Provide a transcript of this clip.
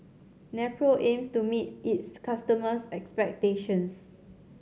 Nepro aims to meet its customers expectations